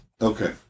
Okay